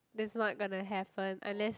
that's not gonna happen unless